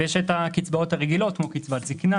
ויש את הקצבאות הרגילות כמו קצבת זקנה,